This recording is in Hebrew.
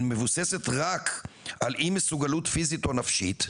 מבוססת רק על אי מסוגלות פיזית או נפשית,